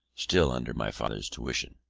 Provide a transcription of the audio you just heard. still under my father's tuition.